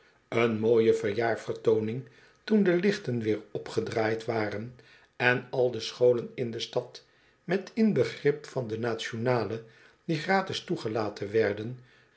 een mooie verjaarvertooning toen de lichten weer opgedraaid waren en al de scholen in de stad met inbegrip van de nationale die gratis toegelaten werden